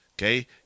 Okay